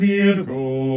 Virgo